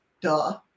duh